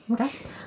Okay